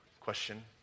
question